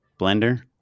Blender